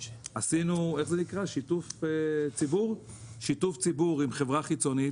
עשינו שיתוף ציבור עם חברה חיצונית